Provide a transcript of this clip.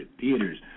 theaters